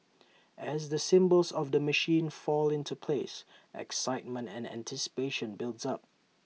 as the symbols of the machine fall into place excitement and anticipation builds up